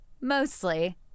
mostly